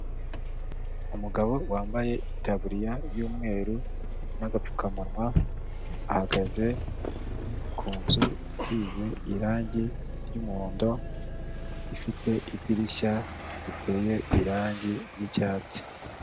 Umugabo wambaye itaburiya y'umweru n'agapfukamunwa, ahagaze ku nzu isize irangi ry'umuhondo, ifite idirishya riteye irangi ry'icyatsi.